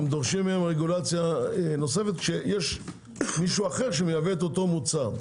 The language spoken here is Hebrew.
הם דורשים מהם רגולציה נוספת כשיש מישהו אחר שמייבא אותו מוצר.